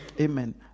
Amen